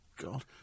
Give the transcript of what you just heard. God